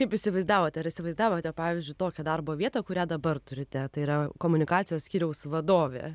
kaip įsivaizdavot ar įsivaizdavote pavyzdžiui tokią darbo vietą kurią dabar turite tai yra komunikacijos skyriaus vadovė